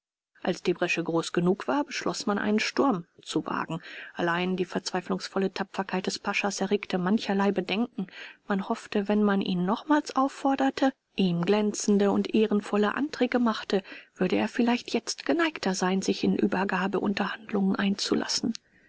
als die bresche groß genug war beschloß man einen sturm zu wagen allein die verzweiflungsvolle tapferkeit des paschas erregte mancherlei bedenken man hoffte wenn man ihn nochmals aufforderte ihm glänzende und ehrenvolle anträge machte würde er vielleicht jetzt geneigter sein sich in übergabeunterhandlungen einzulassen